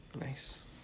Nice